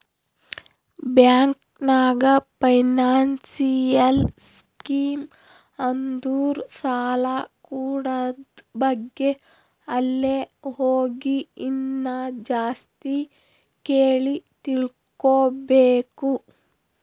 bank ನಾಗ್ financial scheme ಅಂದುರ್ ಸಾಲ ಕೂಡದ್ ಬಗ್ಗೆ ಅಲ್ಲೇ ಹೋಗಿ ಇನ್ನಾ ಜಾಸ್ತಿ ಕೇಳಿ ತಿಳ್ಕೋಬೇಕು